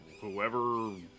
whoever